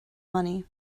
money